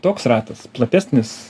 toks ratas platesnis